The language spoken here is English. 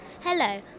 Hello